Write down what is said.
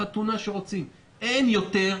אין יותר.